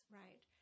right